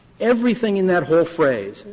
everything in that whole phrase,